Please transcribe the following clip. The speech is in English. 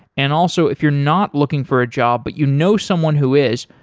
and also if you're not looking for a job but you know someone who is,